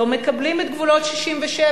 לא מקבלים את גבולות 67',